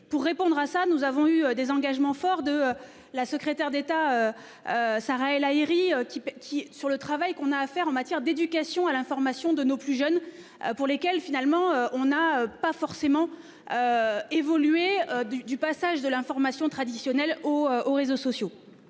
pour répondre à ça, nous avons eu des engagements forts de la secrétaire d'État. Sarah El Haïry, qui, qui, sur le travail qu'on a à faire en matière d'éducation à l'information de nos plus jeunes pour lesquels, finalement, on n'a pas forcément. Évoluer du du passage de l'information traditionnelle aux aux réseaux sociaux.